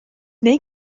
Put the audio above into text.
neu